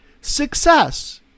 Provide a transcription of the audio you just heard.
success